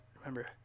remember